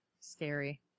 Scary